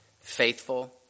faithful